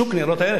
שוק ניירות ערך,